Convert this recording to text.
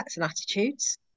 attitudes